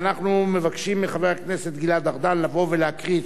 אנחנו מבקשים מחבר הכנסת גלעד ארדן לבוא ולהקריא את